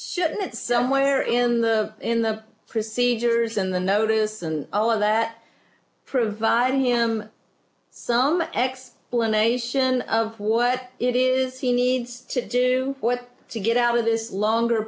should that somewhere in the in the procedures and the notice and all of that provide him some explanation of what it is he needs to do what to get out of this longer